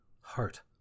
heart